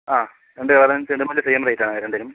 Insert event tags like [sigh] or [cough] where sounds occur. ആ [unintelligible] ചെണ്ടുമല്ലി സെയിം റേറ്റാണ് ആ രണ്ടിനും